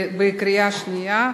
בקריאה שנייה,